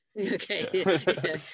Okay